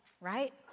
right